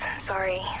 Sorry